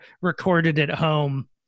recorded-at-home